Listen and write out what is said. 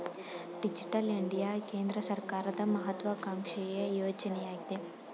digital India ಕೇಂದ್ರ ಸರ್ಕಾರದ ಮಹತ್ವಾಕಾಂಕ್ಷೆಯ ಯೋಜನೆಯಗಿದೆ